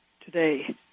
today